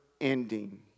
ending